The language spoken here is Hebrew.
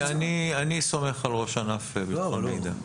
אני סומך על ראש ענף ביטחון מידע.